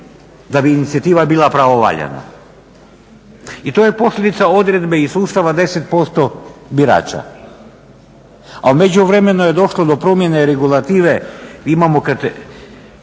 da bi inicijativa bila pravovaljana. I to je posljedica odredbe iz Ustava 10% birača. A u međuvremenu je došlo do promjene regulative